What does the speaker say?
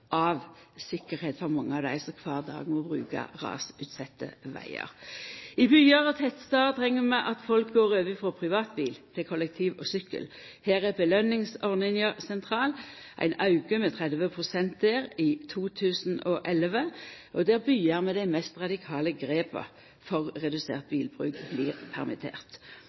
for mange av dei som kvar dag må bruka rasutsette vegar. I byar og tettstader treng vi at folk går over frå privatbil til kollektivtrafikk og sykkel. Her er påskjøningsordninga sentral. Det blir ein auke i løyvinga med 30 pst. i 2011, og det er byar med dei mest radikale grepa for redusert bilbruk som blir